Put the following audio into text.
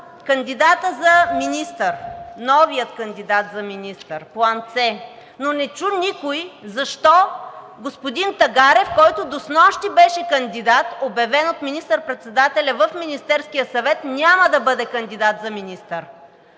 кандидата за министър – новия кандидат за министър – план „С“, но не чу никой защо господин Тагарев, който до снощи беше кандидат, обявен от министър-председателя в Министерския съвет, няма да бъде кандидат за министър.